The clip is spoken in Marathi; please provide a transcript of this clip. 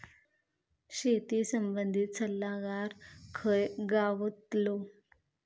शेती संबंधित सल्लागार खय गावतलो?